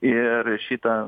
ir šitą